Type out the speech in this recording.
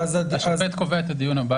השופט קובע את הדיון הבא